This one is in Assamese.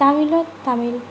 তামিলত তামিল